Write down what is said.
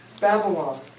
Babylon